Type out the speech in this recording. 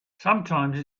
sometimes